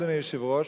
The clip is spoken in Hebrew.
אדוני היושב-ראש,